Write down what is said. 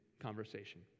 conversation